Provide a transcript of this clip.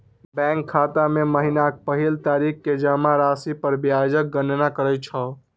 bank खाता मे महीनाक पहिल तारीख कें जमा राशि पर ब्याजक गणना करै छै